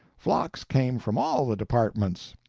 flocks came from all the departments.